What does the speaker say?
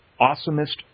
awesomest